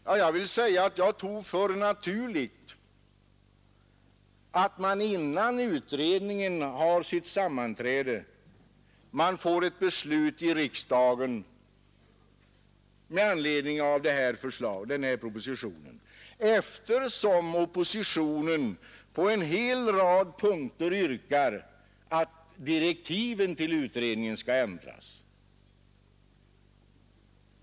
Ja, jag har ansett det naturligt att man innan utredningen håller sitt första sammanträde får ett beslut i riksdagen med anledning av den aktuella propositionen, eftersom oppositionen på en hel rad punkter yrkar att direktiven till utredningen skall ändras.